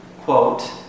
quote